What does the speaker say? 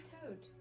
Toad